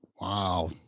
Wow